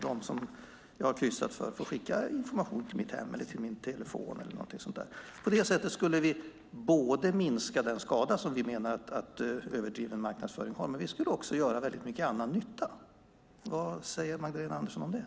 De som jag har kryssat för kan då få skicka information till mitt hem, min telefon eller något sådant. På det sättet skulle vi både minska den skada som vi menar att överdriven marknadsföring medför och även göra mycket annan nytta. Vad säger Magdalena Andersson om det?